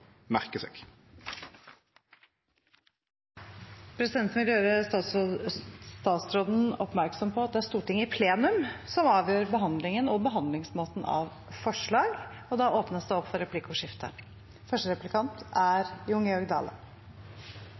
vil gjøre statsråden oppmerksom på at det er Stortinget i plenum som avgjør behandlingen og behandlingsmåten av forslag. Det blir replikkordskifte. Eg vil starte med å seie at no er